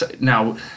now